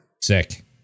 Sick